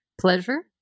pleasure